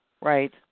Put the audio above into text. Right